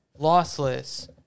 lossless